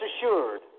assured